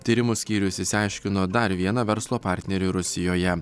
tyrimų skyrius išsiaiškino dar vieną verslo partnerį rusijoje